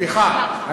סליחה.